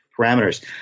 parameters